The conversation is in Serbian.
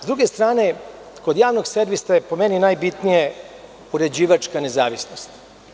Sa druge strane kod javnog servisa je po meni najbitnije uređivačka nezavisnost.